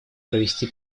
провести